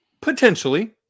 Potentially